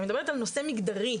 אני מדברת על נושא מגדרי.